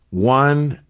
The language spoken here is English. one,